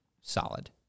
solid